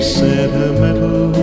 sentimental